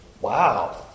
Wow